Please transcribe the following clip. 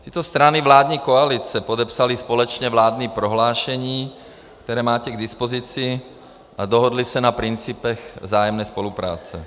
Tyto strany vládní koalice podepsaly společně vládní prohlášení, které máte k dispozici, a dohodly se na principech vzájemné spolupráce.